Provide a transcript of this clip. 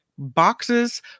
boxes